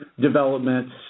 developments